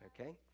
Okay